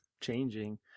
changing